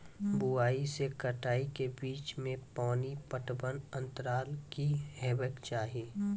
बुआई से कटाई के बीच मे पानि पटबनक अन्तराल की हेबाक चाही?